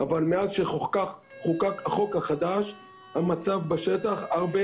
אבל מאז שחוקק החוק החדש המצב בשטח הרבה